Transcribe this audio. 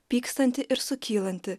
pykstanti ir sukylanti